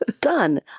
done